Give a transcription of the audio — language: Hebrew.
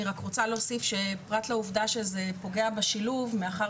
אני רק רוצה להוסיף שפרט לעובדה שזה פוגע בשילוב מאחר